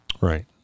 Right